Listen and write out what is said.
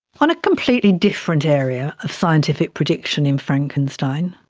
on a completely different area of scientific prediction in frankenstein,